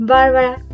Barbara